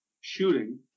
shooting